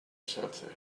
something